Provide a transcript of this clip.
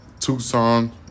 Tucson